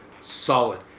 solid